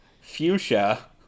Fuchsia